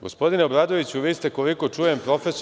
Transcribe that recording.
Gospodine Obradoviću, vi ste, koliko čujem, profesor…